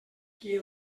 qui